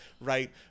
right